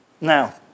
Now